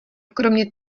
kromě